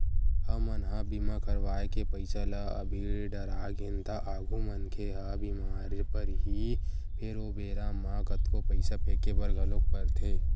हमन ह बीमा करवाय के पईसा ल अभी डरागेन त आगु मनखे ह बीमार परही फेर ओ बेरा म कतको पईसा फेके बर घलोक परथे